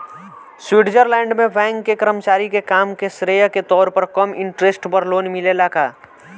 Switzerland में bank के कर्मचारी के काम के श्रेय के तौर पर कम इंटरेस्ट पर लोन मिलेला का?